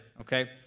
okay